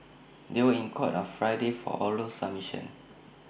they were in court on Friday for oral submissions